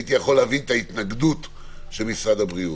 הייתי יכול להבין את ההתנגדות של משרד הבריאות,